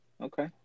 Okay